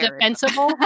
defensible